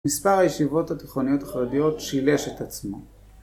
מספר הישיבות התיכוניות החרדיות שילש את עצמו